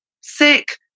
sick